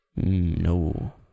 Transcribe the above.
No